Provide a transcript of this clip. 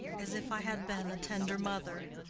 as if i had been a tender mother.